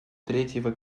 третьего